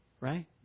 right